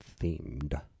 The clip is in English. themed